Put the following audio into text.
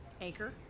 Anchor